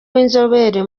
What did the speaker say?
w’inzobere